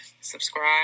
subscribe